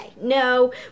No